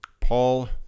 paul